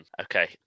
Okay